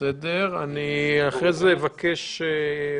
לסעיף שירד לכן אני מדלג עליה.